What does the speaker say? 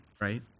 right